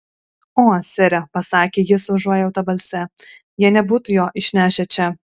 o sere pasakė ji su užuojauta balse jie nebūtų jo išnešę čia